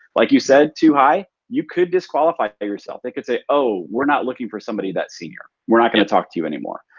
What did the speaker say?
like you said, too high, you could disqualify yourself. they could say, oh, we're not looking for somebody that senior. we're not gonna talk to you anymore.